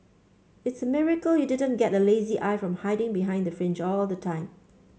it's a miracle you didn't get a lazy eye from hiding behind the fringe all the time